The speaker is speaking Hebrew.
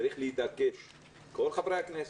צריך להתעקש כל חברי הכנסת,